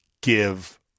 give